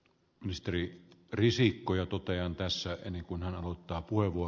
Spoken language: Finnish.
ministeri risikko ja tuottajan kanssa ennen kuin hän ottaa kuivuu